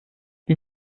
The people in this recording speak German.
wie